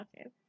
Okay